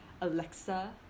Alexa